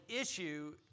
issue